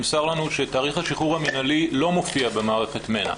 שתאריך השחרור המינהלי לא מופיע במערכת מנע.